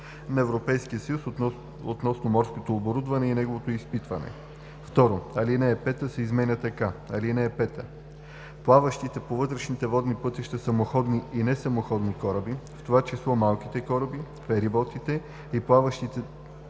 на Европейския съюз относно морското оборудване и неговото изпитване“. 2. Алинея 5 се изменя така: „(5) Плаващите по вътрешните водни пътища самоходни и несамоходни кораби, в това число малките кораби, фериботите и плаващите